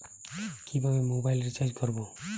কিভাবে mobile recharge করব?